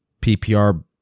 PPR